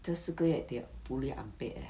这四个月 they fully unpaid leh